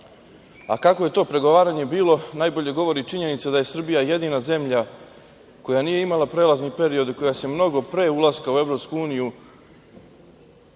a kako je to pregovaranje bilo, najbolje govori činjenica da je Srbija jedina zemlja koja nije imala prelazne periode i koja se mnogo pre ulaska u EU odlučila